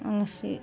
आंसे